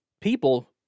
people